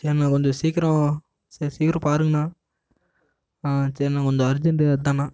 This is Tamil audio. சரிண்ணா கொஞ்சம் சீக்கரோ சரி சரி சீக்கரம் பாருங்கண்ணா ஆ சரிண்ணா கொஞ்சம் அர்ஜெண்ட்டு அதாண்ணா